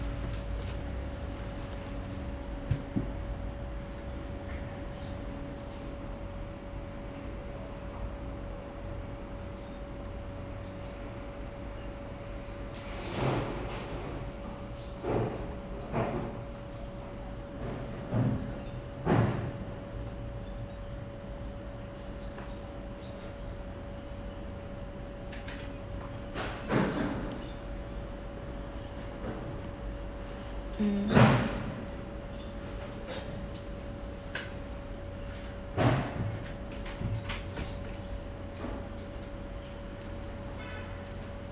um